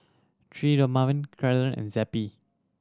Dermaveen Ceradan and Zappy